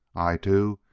i, too,